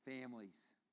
Families